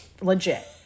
legit